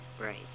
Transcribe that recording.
Right